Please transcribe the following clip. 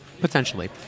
potentially